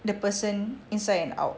the person inside and out